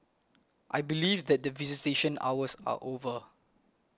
I believe that visitation hours are over